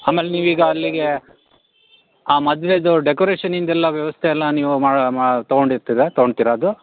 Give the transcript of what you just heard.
ಆಮೇಲೆ ನೀವು ಈಗ ಅಲ್ಲಿಗೆ ಆ ಮದುವೆದು ಡೆಕೋರೇಷನ್ನಿಂದೆಲ್ಲ ವ್ಯವಸ್ಥೆ ಎಲ್ಲ ನೀವು ಮಾ ಮಾ ತಗೊಂಡಿರ್ತೀರ ತಗೊತೀರ ಅದು